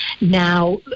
now